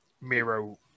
Miro